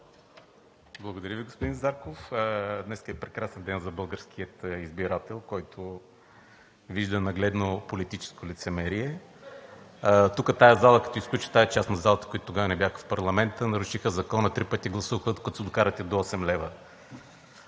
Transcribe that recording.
Благодаря Ви, господин Зарков. Днес е прекрасен ден за българския избирател, който вижда нагледно политическо лицемерие. Тук, в тази зала, като изключим тази част на залата, които тогава не бяха в парламента, нарушиха закона – три пъти гласуваха, докато си докарат до осем лева